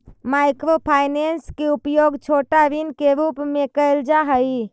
micro finance के उपयोग छोटा ऋण के रूप में कैल जा हई